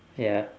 ya